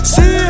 See